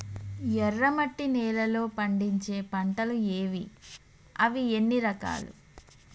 ఎర్రమట్టి నేలలో పండించే పంటలు ఏవి? అవి ఎన్ని రకాలు?